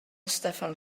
steffan